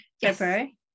February